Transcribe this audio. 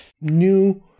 new